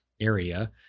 area